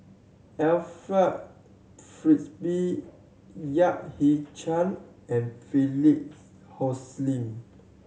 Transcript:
Alfred Frisby Yap Ee Chian and Philip